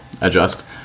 adjust